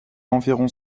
environ